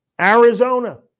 Arizona